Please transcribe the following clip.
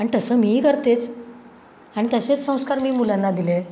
आणि तसं मीही करतेच आणि तसेच संस्कार मी मुलांना दिले आहेत